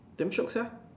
damn shock sia